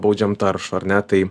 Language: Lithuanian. baudžiam taršų ar ne tai